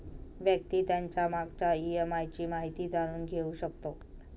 व्यक्ती त्याच्या मागच्या ई.एम.आय ची माहिती जाणून घेऊ शकतो